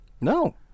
No